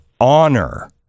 honor